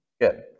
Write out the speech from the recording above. Good